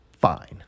Fine